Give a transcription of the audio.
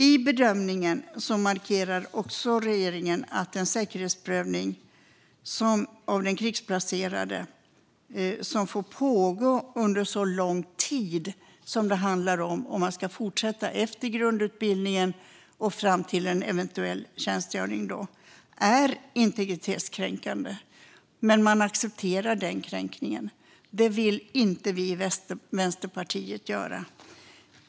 I bedömningen markerar regeringen att en säkerhetsprövning av krigsplacerade som får pågå under så lång tid som det handlar om ifall den ska fortsätta efter grundutbildningen och fram till eventuell tjänstgöring är integritetskränkande. Men man accepterar den kränkningen. Det vill inte vi i Vänsterpartiet göra.